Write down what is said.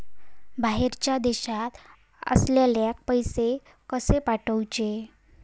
बाहेरच्या देशात असलेल्याक पैसे कसे पाठवचे?